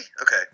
Okay